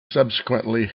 subsequently